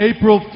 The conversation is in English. April